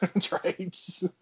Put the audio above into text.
traits